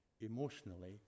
emotionally